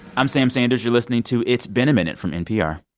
i'm sam sanders. you're listening to it's been a minute from npr